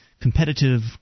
competitive